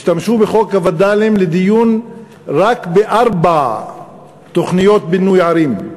השתמשו בווד"לים לדיון רק בארבע תוכניות בינוי ערים,